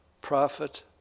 prophet